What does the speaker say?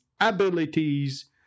abilities